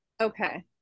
okay